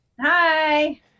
Hi